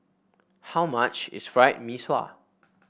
how much is Fried Mee Sua